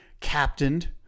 captained